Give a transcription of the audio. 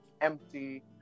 empty